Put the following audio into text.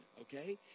okay